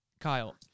Kyle